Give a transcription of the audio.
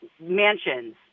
mansions